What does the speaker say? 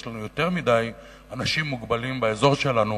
לנו יותר מדי אנשים מוגבלים באזור שלנו,